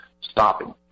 stopping